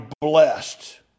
blessed